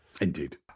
Indeed